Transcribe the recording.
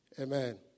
Amen